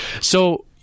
So-